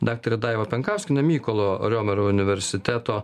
daktarė daiva penkauskienė mykolo riomerio universiteto